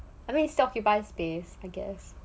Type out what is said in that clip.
I mean it's still occupy space I guess